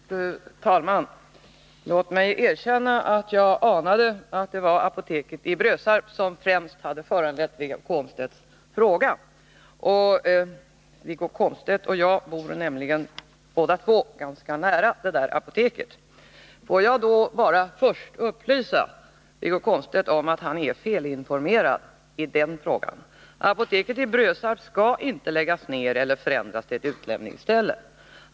Fru talman! Låt mig erkänna att jag anade att det var apoteket i Brösarp som främst hade föranlett Wiggo Komstedts fråga. Wiggo Komstedt och jag bor nämligen båda två ganska nära detta apotek. Får jag bara först upplysa Wiggo Komstedt om att han är felinformerad i denna fråga. Apoteket i Brösarp skall inte läggas ner eller förändras till ett utlämningsställe.